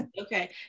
okay